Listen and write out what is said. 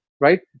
right